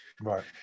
Right